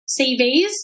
CVs